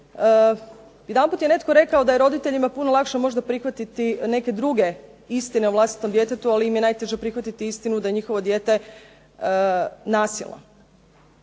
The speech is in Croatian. Jedanput je netko rekao da je roditeljima puno lakše prihvatiti neke druge istine o vlastitom djetetu, ali im je najteže prihvatiti istinu da je njihovo dijete nasilno.